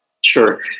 sure